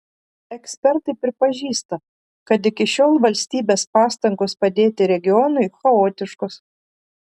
ekspertai pripažįsta kad iki šiol valstybės pastangos padėti regionui chaotiškos